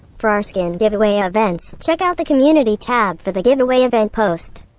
for our skin giveaway events, check out the community tab for the giveaway event post.